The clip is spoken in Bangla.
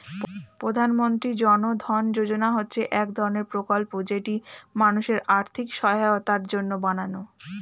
প্রধানমন্ত্রী জন ধন যোজনা হচ্ছে এক ধরণের প্রকল্প যেটি মানুষের আর্থিক সহায়তার জন্য বানানো